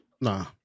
Nah